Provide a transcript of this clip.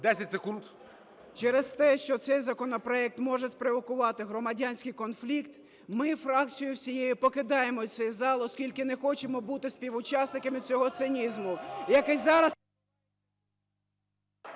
Через те, що цей законопроект може спровокувати громадянський конфлікт, ми фракцією усією покидаємо цей зал, оскільки не хочемо бути співучасниками цього цинізму,